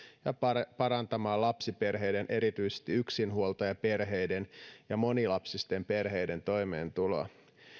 ja parantamaan lapsiperheiden erityisesti yksinhuoltajaperheiden ja monilapsisten perheiden toimeentuloa